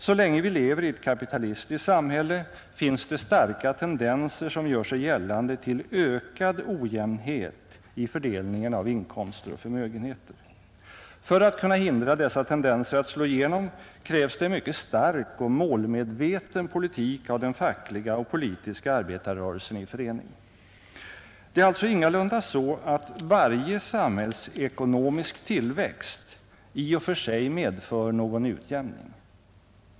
Så länge vi lever i ett kapitalistiskt samhälle finns det starka tendenser till ökad ojämnhet i fördelningen av inkomster och förmögenheter. För att kunna hindra dessa tendenser att slå igenom krävs det en mycket stark och målmedveten politik av den fackliga och politiska arbetarrörelsen i förening. Det är alltså ingalunda så att varje samhällsekonomisk tillväxt i och för sig medför någon utjämning.